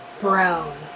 Brown